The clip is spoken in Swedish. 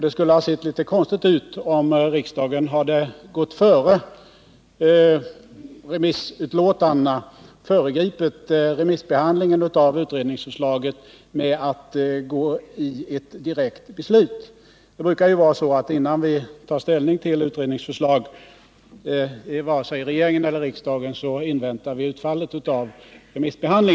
Det skulle ha sett litet konstigt ut, om riksdagen föregripit remissbehandlingen av utredningsförslaget genom att fatta ett direkt beslut i ärendet. Det är ju brukligt, både i regeringen och i riksdagen, att invänta utfallet av remissbehandlingen innan man tar ställning till en utrednings förslag.